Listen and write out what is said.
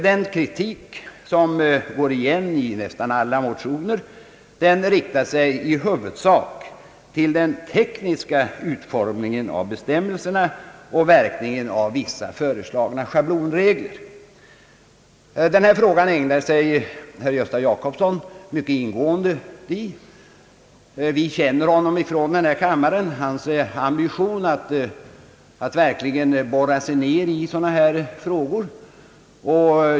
Den kritik som går igen i nästan alla motioner riktar sig i huvudsak mot den tekniska utformningen av bestämmelserna och verkningarna av vissa schablonregler. Denna fråga ägnade herr Gösta Jacobsson en mycket ingående behandling. Vi känner från denna kammare hans ambition att verkligen borra sig ner i sådana här frågor.